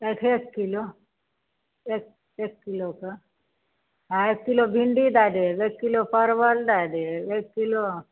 एक एक किलो एक एक किलो कऽ हँ एक किलो भिण्डी दए देब एक किलो परवल दए देब एक किलो